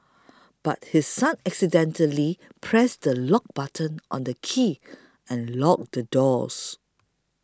but his son accidentally pressed the lock button on the key and locked the doors